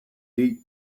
deep